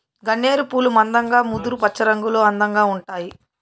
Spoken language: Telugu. గన్నేరు పూలు మందంగా ముదురు పచ్చరంగులో అందంగా ఉంటాయి